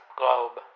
globe